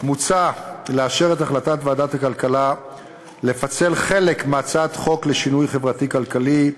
מוצע לאשר את החלטת ועדת הכלכלה לפצל חלק מהצעת חוק לשינוי חברתי-כלכלי,